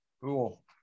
Cool